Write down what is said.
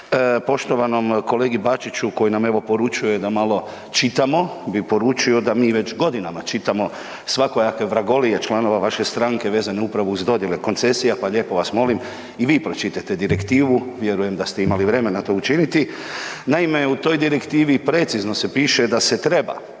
Poštovanom kolegi Bačiću koji nam evo poručuje da malo čitamo bi poručio da mi već godinama čitamo svakojake vragolije članova vaše strane vezano upravo uz dodjele koncesija, pa lijepo vas molim i vi pročitajte direktivu, vjerujem da ste imali vremena to učiniti. Naime i toj direktivi precizno se piše da se treba